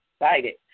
excited